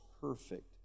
perfect